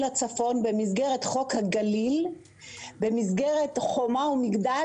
הצפון במסגרת חוק הגליל במסגרת חומה ומגדל,